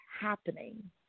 happening